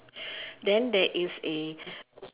then there is a